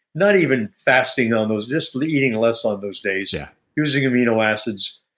not even fasting on those, just eating less on those days. yeah using amino acids,